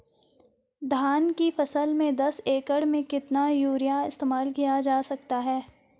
धान की फसल में दस एकड़ में कितना यूरिया इस्तेमाल किया जा सकता है?